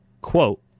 Quote